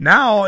Now